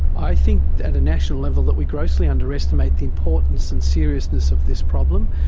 i think at a national level that we grossly underestimate the importance and seriousness of this problem.